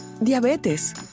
Diabetes